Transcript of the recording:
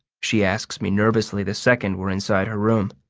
she asks me nervously the second we're inside her room.